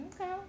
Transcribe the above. okay